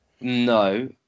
No